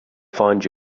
find